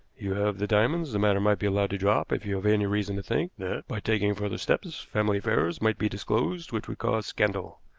you have the diamonds the matter might be allowed to drop if you have any reason to think that, by taking further steps, family affairs might be disclosed which would cause scandal.